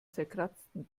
zerkratzten